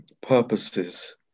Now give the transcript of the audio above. purposes